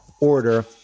order